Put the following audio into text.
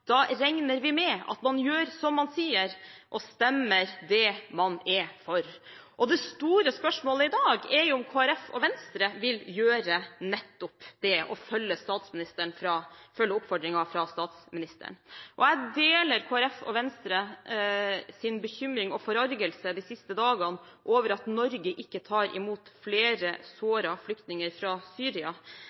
man gjør som man sier, nemlig stemmer for det man er for.» Det store spørsmålet i dag er om Kristelig Folkeparti og Venstre vil gjøre nettopp det – følge oppfordringen fra statsministeren. Jeg deler Kristelig Folkepartis og Venstres bekymring og forargelse de siste dagene over at Norge ikke tar imot flere sårede flyktninger fra Syria.